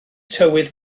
tywydd